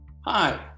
Hi